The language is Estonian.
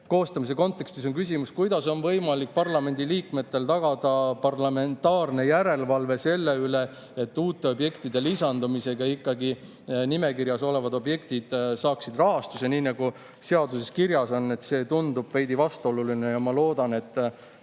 koostamise kontekstis on küsimus, kuidas on võimalik parlamendi liikmetel tagada parlamentaarne järelevalve selle üle, et uute objektide lisandumisega ikkagi nimekirjas olevad objektid saaksid rahastuse, nii nagu seaduses kirjas on. See tundub veidi vastuoluline. Ma loodan, et